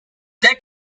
that